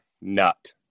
nut